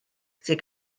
tuag